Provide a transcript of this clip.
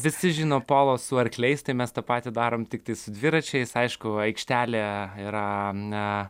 visi žino polo su arkliais tai mes tą patį darom tiktai su dviračiais aišku aikštelė yra na